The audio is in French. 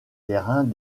terrains